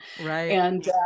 Right